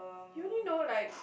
you only know like